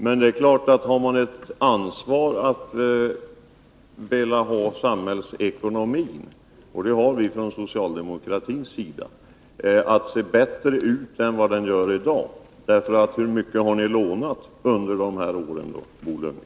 Men det är klart att har man ett ansvar när det gäller samhällsekonomin — och det har vi från socialdemo kratins sida — gäller det att få den att se bättre ut än vad den gör i dag. Hur mycket har ni lånat under de här åren, Bo Lundgren?